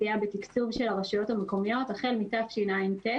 סייע בתקצוב של הרשויות המקומיות החל מתשע"ט,